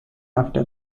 after